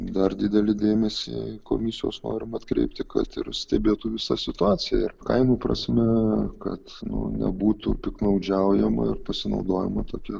dar didelį dėmesį komisijos norim atkreipti kad ir stebėtų visą situaciją ir kainų prasme kad nu nebūtų piktnaudžiaujama ir pasinaudojama tokia